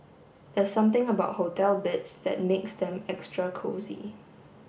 there's something about hotel beds that makes them extra cosy